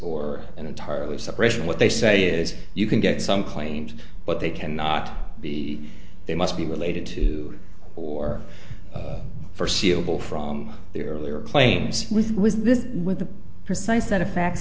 or an entirely separation what they say is you can get some claims but they cannot be they must be related to or forseeable from the earlier claims with was this with the precise set of facts